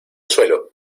suelo